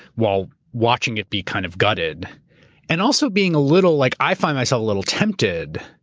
while watching it be kind of gutted and also being a little. like i find myself a little tempted.